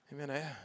Amen